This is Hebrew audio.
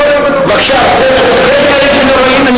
אנחנו לא רואים את הדברים ככה.